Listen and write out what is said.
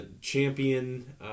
champion